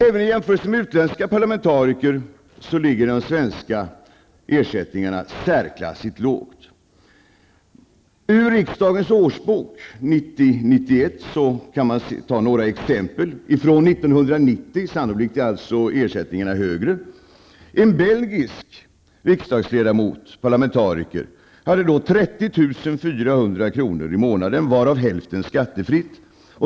Även i jämförelse med utländska parlamentarikers villkor ligger de svenska ersättningarna särklassigt lågt. Ur Riksdagens årsbok 1990/91 kan man ta några exempel från 1990; sannolikt är alltså ersättningarna högre. En belgisk parlamentariker hade då 30 400 kr. i månaden, varav hälften skattefritt.